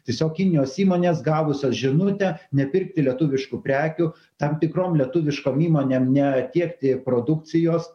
tiesiog kinijos įmonės gavusios žinutę nepirkti lietuviškų prekių tam tikrom lietuviškom įmonėm netiekti produkcijos